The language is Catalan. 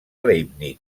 leibniz